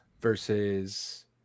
versus